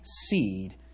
seed